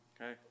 Okay